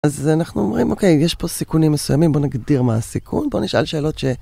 אז אנחנו אומרים, אוקיי, יש פה סיכונים מסוימים, בוא נגדיר מה הסיכון, בוא נשאל שאלות ש...